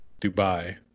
Dubai